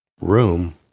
room